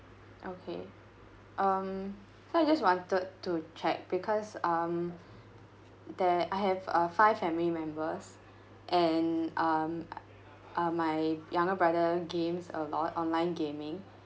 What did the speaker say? okay um so I just wanted to check because um that I have a five family members and um uh my younger brother games a lot online gaming